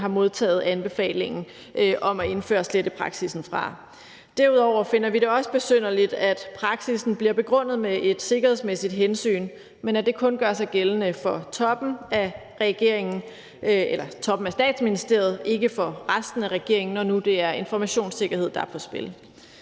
har modtaget anbefalingen om at indføre slettepraksissen fra. Derudover finder vi det også besynderligt, at praksissen bliver begrundet med et sikkerhedsmæssigt hensyn, men at det kun gør sig gældende for toppen af Statsministeriet, ikke for resten af regeringen, når nu det er informationssikkerhed, der er på spil.